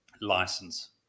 license